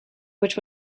which